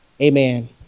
Amen